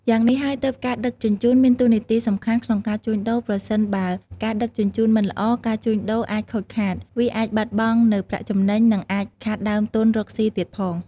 យ៉ាងនេះហើយទើបការដឹកជញ្ជូន មានតួនាទីសំខាន់ក្នុងការជួញដូរ ប្រសិនបើការដឹកជញ្ជូនមិនល្អ ការជួញដូរអាចខូចខាត វាអាចបាត់បង់នៅប្រាក់ចំណេញ និងអាចខាតដើមទន់រកស៊ីទៀតផង។